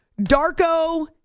Darko